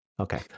Okay